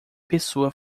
pessoa